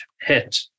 hit